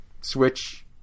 switch